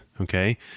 Okay